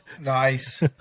nice